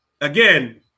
again